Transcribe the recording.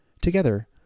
Together